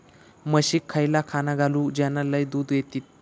म्हशीक खयला खाणा घालू ज्याना लय दूध देतीत?